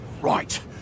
Right